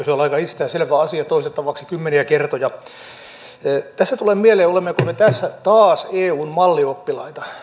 se ole aika itsestään selvä asia kymmeniä kertoja toistettavaksi tässä tulee mieleen olemmeko me tässä taas eun mallioppilaita